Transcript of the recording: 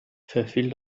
verfiel